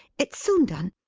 it's soon done.